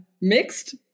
mixed